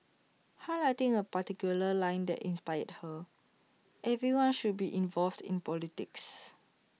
highlighting A particular line that inspired her everyone should be involved in politics